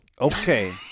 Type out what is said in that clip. Okay